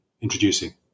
introducing